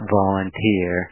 volunteer